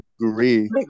agree